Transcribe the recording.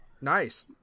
Nice